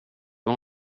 har